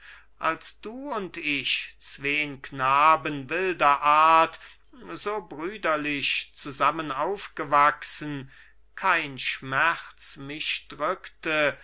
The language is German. als du und ich zween knaben wilder art so brüderlich zusammen aufgewachsen kein schmerz mich drückte